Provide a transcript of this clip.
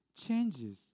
changes